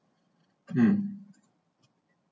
um